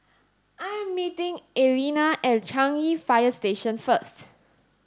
I am meeting Allena at Changi Fire Station first